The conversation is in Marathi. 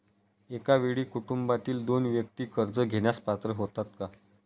एका वेळी कुटुंबातील दोन व्यक्ती कर्ज घेण्यास पात्र होतात का?